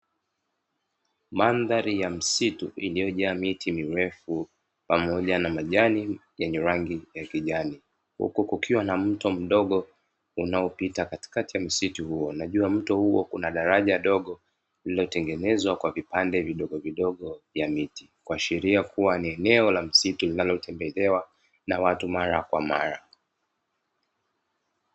Mandhari ya msitu iliyojaa miti mirefu pamoja na majani yenye rangi ya kijani, huku kukiwa na mto mdogo unaopita katikati ya msitu huo. Na juu ya mto huo kuna daraja dogo lililotengenzwa kwa vipande vidogo vidogo vya miti, kuashiria kuwa ni eneo la msitu linalotembelewa na watu mara kwa mara.